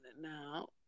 now